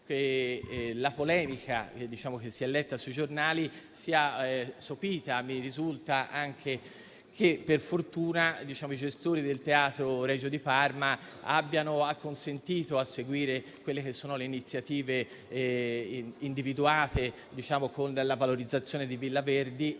la polemica che si è letta sui giornali sia sopita. Mi risulta anche che, per fortuna, i gestori del Teatro Regio di Parma abbiano acconsentito a seguire le iniziative individuate per la valorizzazione di Villa Verdi,